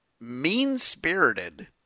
mean-spirited